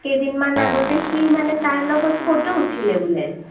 কেইদিনমান আগতে সি মানে তাৰ লগত ফটো উঠিলে বোলে